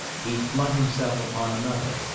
he flung himself upon another,